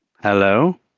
Hello